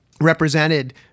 represented